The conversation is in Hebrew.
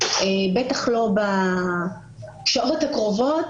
בטח לא בשעות הקרובות,